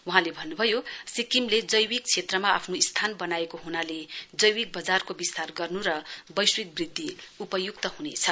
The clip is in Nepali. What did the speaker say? वहाँले भन्नुभयो सिक्किमले जैविक क्षेत्रमा आफ्नो स्थान वनाएको हुनाले जैविक वजारको विस्तार गर्नु र वैश्विक वृधिद उपयुक्त हुनेछ